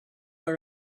are